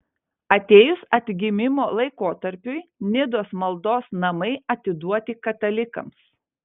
atėjus atgimimo laikotarpiui nidos maldos namai atiduoti katalikams